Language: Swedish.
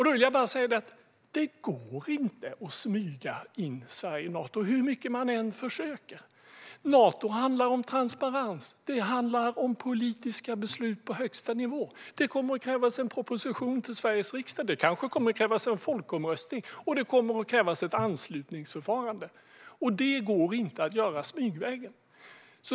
Då vill jag bara säga: Det går inte att smyga in Sverige i Nato hur mycket man än försöker. Nato handlar om transparens. Det handlar om politiska beslut på högsta nivå. Det kommer att krävas en proposition till Sveriges riksdag, det kanske kommer att krävas en folkomröstning och det kommer att krävas ett anslutningsförfarande. Det går inte att göra smygvägen.